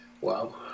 wow